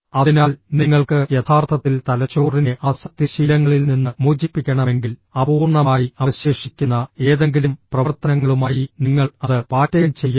അതിനാൽ നിങ്ങൾക്ക് യഥാർത്ഥത്തിൽ തലച്ചോറിനെ ആസക്തി ശീലങ്ങളിൽ നിന്ന് മോചിപ്പിക്കണമെങ്കിൽ അപൂർണ്ണമായി അവശേഷിക്കുന്ന ഏതെങ്കിലും പ്രവർത്തനങ്ങളുമായി നിങ്ങൾ അത് പാറ്റേൺ ചെയ്യരുത്